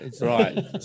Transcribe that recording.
Right